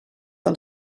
del